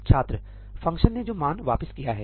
छात्र फंक्शन ने जो मान वापिस किया है